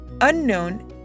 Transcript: unknown